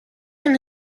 and